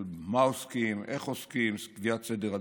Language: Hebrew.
במה עוסקים ואיך עוסקים, סוגיית סדר עדיפויות.